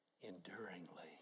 enduringly